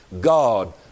God